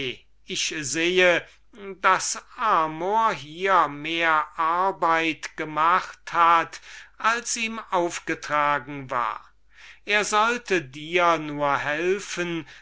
ich sehe daß amor hier mehr arbeit gemacht als ihm aufgetragen war er sollte dir nur helfen